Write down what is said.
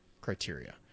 criteria